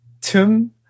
Tum